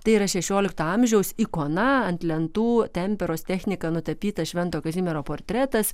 tai yra šešiolikto amžiaus ikona ant lentų temperos technika nutapyta švento kazimiero portretas